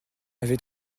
avait